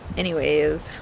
anyways,